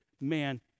man